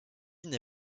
n’a